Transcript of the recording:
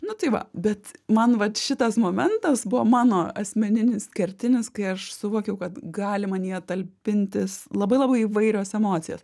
nu tai va bet man vat šitas momentas buvo mano asmeninis kertinis kai aš suvokiau kad gali manyje talpintis labai labai įvairios emocijos